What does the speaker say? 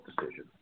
decision